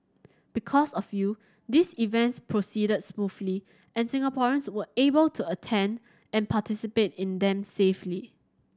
because of you these events proceeded smoothly and Singaporeans were able to attend and participate in them safely